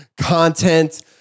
content